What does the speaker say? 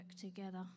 together